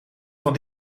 van